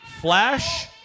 Flash